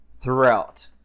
throughout